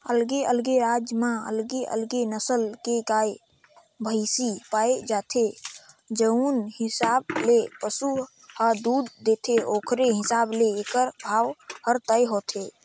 अलगे अलगे राज म अलगे अलगे नसल के गाय, भइसी पाए जाथे, जउन हिसाब ले पसु ह दूद देथे ओखरे हिसाब ले एखर भाव हर तय होथे